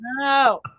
No